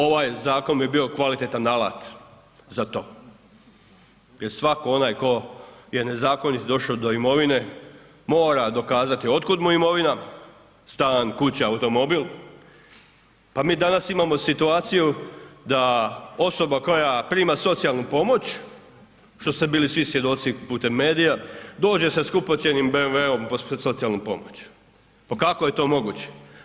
Ovaj zakon bi bio kvalitetan alat za to jer svatko onaj tko je nezakonito došao do imovine, mora dokazati otkud mu imovina, stan, kuća, automobil, pa mi danas imamo situaciju da osoba koja prima socijalnu pomoć što ste bili svi svjedoci putem medija, dođe sa skupocjenim BMW-om po socijalnu pomoć, pa kako je to moguće?